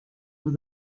with